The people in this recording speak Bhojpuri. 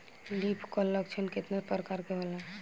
लीफ कल लक्षण केतना परकार के होला?